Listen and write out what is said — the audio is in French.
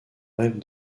rêve